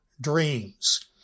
dreams